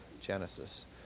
Genesis